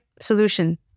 solution